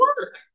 work